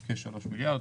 כמובן.